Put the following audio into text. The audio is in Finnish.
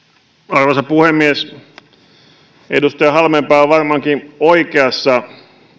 arvoisa puhemies edustaja halmeenpää on varmaankin oikeassa